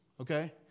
Okay